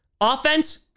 Offense